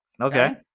Okay